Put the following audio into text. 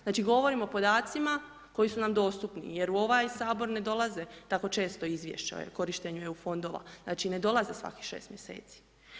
Znači govorimo o podacima koji su nam dostupni jer u ovaj Sabor ne dolaze tako često izvješća o korištenju EU fondova, znači ne dolaze svakih 6 mjeseci.